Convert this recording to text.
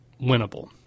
winnable